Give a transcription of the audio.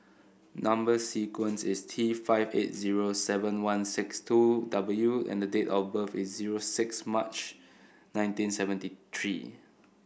number sequence is T five eight zero seven one six two W and the date of birth is zero six March nineteen seventy three